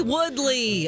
Woodley